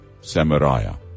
Samaria